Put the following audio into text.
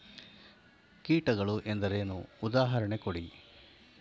ಕೀಟಗಳು ಎಂದರೇನು? ಉದಾಹರಣೆ ಕೊಡಿ?